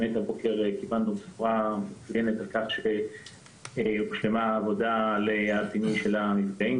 הבוקר קיבלנו בשורה מצוינת על כך שהושלמה העבודה על פינוי של המפגעים,